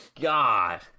god